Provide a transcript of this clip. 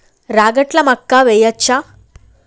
రాగట్ల మక్కా వెయ్యచ్చా?